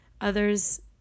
others